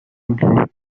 took